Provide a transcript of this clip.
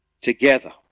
together